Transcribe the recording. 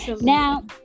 now